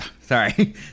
sorry